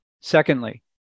Secondly